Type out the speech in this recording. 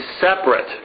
separate